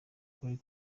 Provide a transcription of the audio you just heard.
kuri